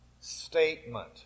statement